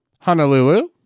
Honolulu